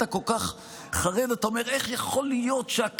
להרחיב את זה גם לכל יהודה ושומרון?